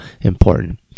important